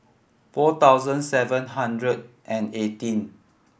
four thousand seven hundred and eighteen